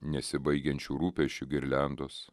nesibaigiančių rūpesčių girliandos